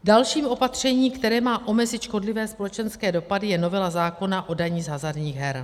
Další opatření, které má omezit škodlivé společenské dopady, je novela zákona o dani z hazardních her.